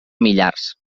millars